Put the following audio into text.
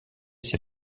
ces